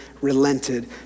relented